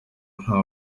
nta